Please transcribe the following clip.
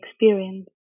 experience